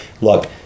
Look